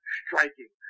striking